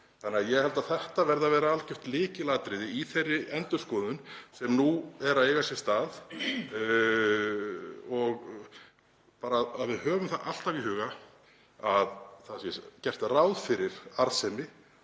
hjólinu. Ég held að þetta verði að vera algjört lykilatriði í þeirri endurskoðun sem nú er að eiga sér stað og bara að við höfum alltaf í huga að það sé gert ráð fyrir arðsemi